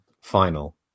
final